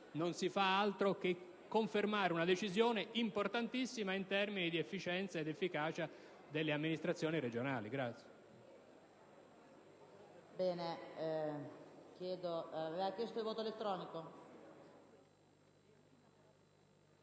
non si fa altro che confermare una decisione importantissima in termini di efficienza e di efficacia delle amministrazioni regionali.